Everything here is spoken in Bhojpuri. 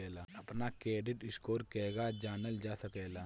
अपना क्रेडिट स्कोर केगा जानल जा सकेला?